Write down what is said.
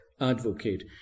advocate